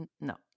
No